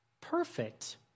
perfect